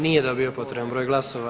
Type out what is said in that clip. Nije dobio potreban broj glasova.